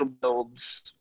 builds